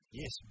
yes